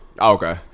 okay